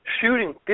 Shooting